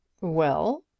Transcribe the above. well